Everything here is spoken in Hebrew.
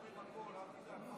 אנחנו קוראים הכול,